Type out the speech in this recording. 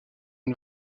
une